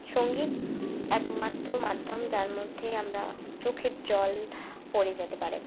সঙ্গীত একমাত্র মাধ্যম যার মধ্যে আমরা চোখের জল পড়ে যেতে পারে